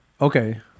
Okay